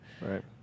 Right